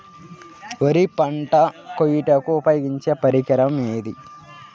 వరి పంట కోయుటకు ఉపయోగించే పరికరం ఏది?